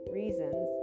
reasons